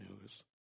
news